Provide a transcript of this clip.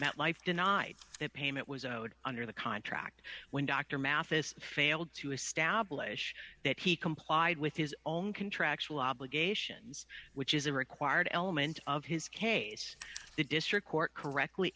that life denied that payment was owed under the contract when dr mathis failed to establish that he complied with his own contractual obligations which is a required element of his case the district court correctly